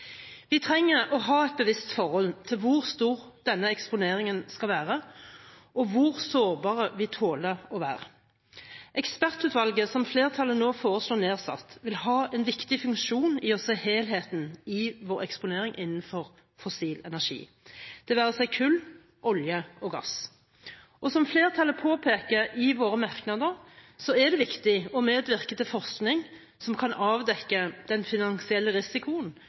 Vi trenger å ha et bevisst forhold til hvor stor denne eksponeringen skal være, og hvor sårbare vi tåler å være. Ekspertutvalget som flertallet nå foreslår nedsatt, vil ha en viktig funksjon i å se helheten i vår eksponering innenfor fossil energi – det være seg kull, olje og gass. Som flertallet påpeker i sine merknader, er det viktig å medvirke til forskning som kan avdekke den finansielle risikoen